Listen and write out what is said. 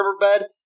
Riverbed